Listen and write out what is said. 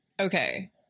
Okay